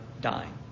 dying